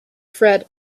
fred